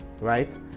right